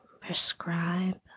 prescribe